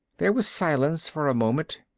there was silence for a moment.